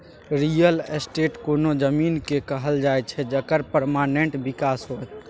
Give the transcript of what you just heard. real estate कोनो जमीन केँ कहल जाइ छै जकर परमानेंट बिकास होइ